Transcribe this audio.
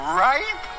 right